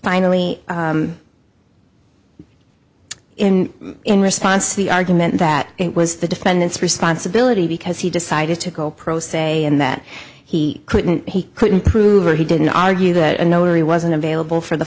finally in in response the argument that it was the defendant's responsibility because he decided to go pro se and that he couldn't he couldn't prove or he didn't argue that a notary wasn't available for the